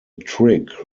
trick